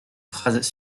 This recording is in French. phrases